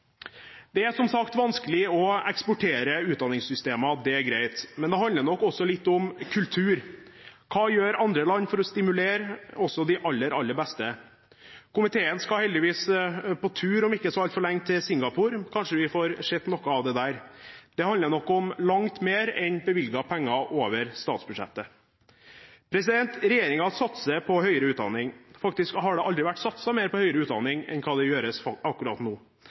Det er som sagt vanskelig å eksportere utdanningssystemer – det er greit. Men det handler nok også litt om kultur. Hva gjør andre land for å stimulere også de aller, aller beste? Komiteen skal heldigvis om ikke så altfor lenge på tur til Singapore. Kanskje vi får sett noe av det der. Det handler nok om langt mer enn å bevilge penger over statsbudsjettet. Regjeringen satser på høyere utdanning. Faktisk har det aldri vært satset mer på høyere utdanning enn hva det gjøres akkurat nå.